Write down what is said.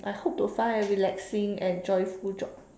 I hope to find a relaxing and joyful job